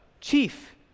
chief